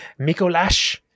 Mikolash